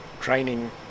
training